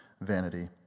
vanity